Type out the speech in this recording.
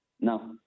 No